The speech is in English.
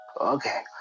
Okay